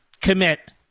commit